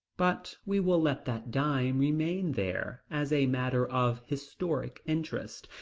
but we will let that dime remain there, as a matter of historic interest,